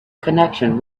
connection